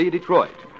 Detroit